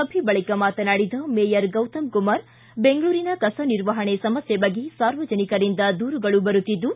ಸಭೆ ಬಳಿಕ ಮಾತನಾಡಿದ ಮೇಯರ್ ಗೌತಮ್ ಕುಮಾರ್ ಬೆಂಗಳೂರಿನ ಕಸ ನಿರ್ವಹಣೆ ಸಮಸ್ಯೆ ಬಗ್ಗೆ ಸಾರ್ವಜನಿಕರಿಂದ ದೂರುಗಳು ಬರುತ್ತಿದ್ದು